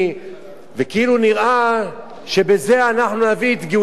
כאילו נראה שבזה אנחנו נביא את גאולת ירושלים,